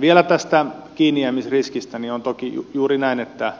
vielä tästä kiinnijäämisriskistä niin on toki juuri näin että